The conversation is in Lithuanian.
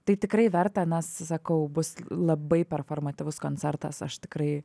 tai tikrai verta nes sakau bus labai performatyvus koncertas aš tikrai